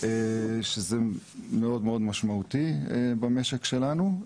שזה מאוד-מאוד משמעותי במשק שלנו,